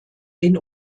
den